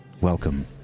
Welcome